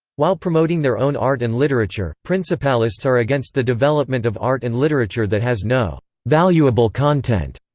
while promoting their own art and literature, principalists are against the development of art and literature that has no valuable content.